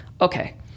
okay